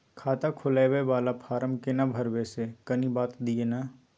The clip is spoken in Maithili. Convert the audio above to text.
खाता खोलैबय वाला फारम केना भरबै से कनी बात दिय न?